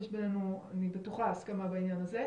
יש בינינו, אני בטוחה, הסכמה בעניין הזה.